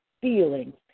feelings